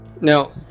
Now